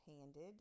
Handed